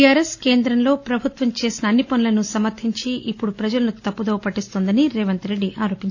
TRS కేంద్రంలో ప్రభుత్వం చేసిన అన్ని పనులను సమర్దించి ఇప్పుడు ప్రజలను తప్పుదోవ పట్టిస్తోందని రేవంత్ రెడ్డి అన్సారు